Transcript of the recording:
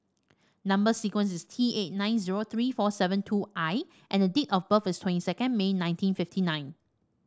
number sequence is T eight nine zero three four seven two I and date of birth is twenty second May nineteen fifty nine